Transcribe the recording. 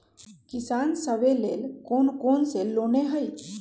किसान सवे लेल कौन कौन से लोने हई?